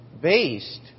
based